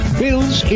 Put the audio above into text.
bills